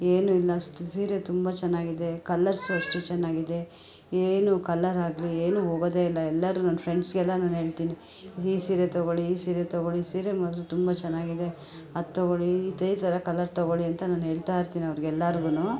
ಏನೂ ಇಲ್ಲ ಅಷ್ಟು ಸೀರೆ ತುಂಬ ಚೆನ್ನಾಗಿದೆ ಕಲರ್ಸು ಅಷ್ಟು ಚೆನ್ನಾಗಿದೆ ಏನು ಕಲರಾಗ್ಲಿ ಏನು ಹೋಗೋದೇ ಇಲ್ಲ ಎಲ್ಲರೂ ನನ್ನ ಫ್ರೆಂಡ್ಸ್ಗೆಲ್ಲ ನಾನು ಹೇಳ್ತೀನಿ ಈ ಸೀರೆ ತೊಗೊಳ್ಳಿ ಈ ಸೀರೆ ತೊಗೊಳ್ಳಿ ಸೀರೆ ಮಾತ್ರ ತುಂಬ ಚೆನ್ನಾಗಿದೆ ಅದು ತೊಗೊಳ್ಳಿ ಇದೇ ಥರ ಕಲರ್ ತೊಗೊಳ್ಳಿ ಅಂತ ನಾನು ಹೇಳ್ತಾಯಿರ್ತಿನಿ ಅವ್ರಿಗೆಲ್ಲಾರ್ಗೂನು